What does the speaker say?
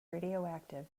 radioactive